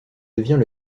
devient